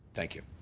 thank you.